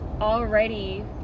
already